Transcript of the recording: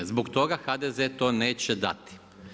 Zbog toga HDZ to neće dati.